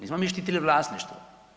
Nismo mi štitili vlasništvo.